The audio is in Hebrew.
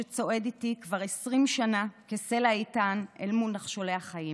שצועד איתי כבר 20 שנה כסלע איתן אל מול נחשולי החיים.